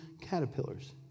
caterpillars